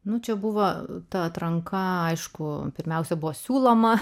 na čia buvo atranka aišku pirmiausia buvo siūloma